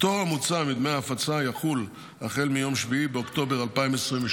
הפטור המוצע מדמי ההפצה יחול החל מיום 7 באוקטובר 2023,